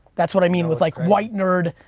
that's what i mean with like white nerd,